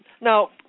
now